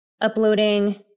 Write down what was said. uploading